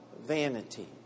vanity